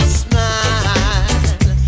smile